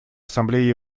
ассамблея